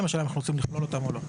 אשר אותם אנחנו רוצים לכלול אותם או לא.